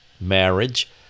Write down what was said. marriage